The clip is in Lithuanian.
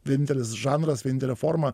vienintelis žanras vienintelė forma